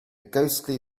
ghostly